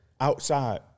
outside